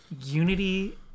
Unity